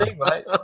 right